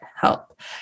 help